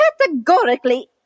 categorically